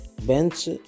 Bench